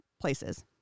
places